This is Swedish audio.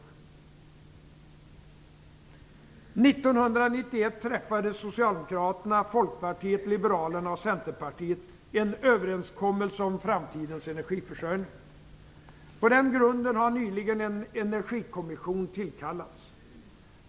År 1991 träffade Socialdemokraterna, Folkpartiet liberalerna och Centerpartiet en överenskommelse om framtidens energiförsörjning. På den grunden har nyligen en energikommission tillkallats.